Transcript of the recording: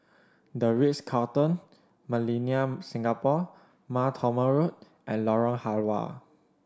The Ritz Carlton Millenia Singapore Mar Thoma Road and Lorong Halwa